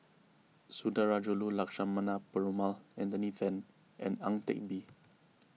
Sundarajulu Lakshmana Perumal Anthony then and Ang Teck Bee